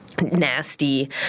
Nasty